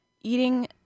eating